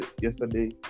yesterday